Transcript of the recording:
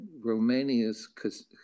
Romania's